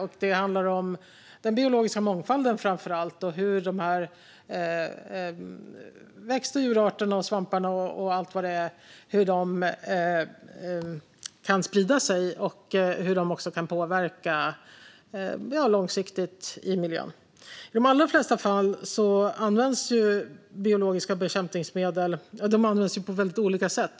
Det handlar framför allt om den biologiska mångfalden och hur de här växt och djurarterna, svamparna och allt vad det är kan sprida sig och påverka miljön långsiktigt. I de allra flesta fall används biologiska bekämpningsmedel på väldigt olika sätt.